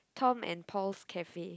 Tom and Paul's Cafe